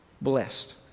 blessed